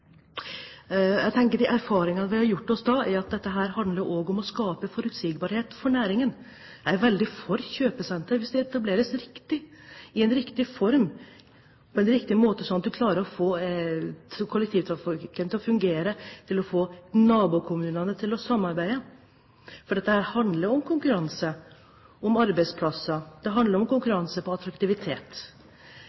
Jeg tenker at de erfaringene vi har gjort oss, er at dette handler også om å skape forutsigbarhet for næringen. Jeg er veldig for kjøpesenter hvis det etableres riktig, i en riktig form og på en riktig måte sånn at man klarer å få kollektivtrafikken til å fungere og få nabokommunene til å samarbeide. Dette handler om konkurranse, om arbeidsplasser, og det handler om